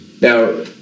Now